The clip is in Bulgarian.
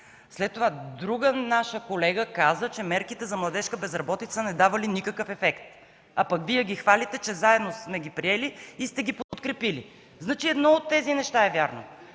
След това друга наша колега казва, че мерките за младежка безработица не давали никакъв ефект, а пък Вие ги хвалите, че заедно сме ги приели и сте ги подкрепили. Значи едно от тези неща е вярно.